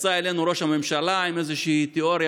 יצא אלינו ראש הממשלה עם איזושהי תיאוריה